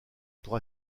pour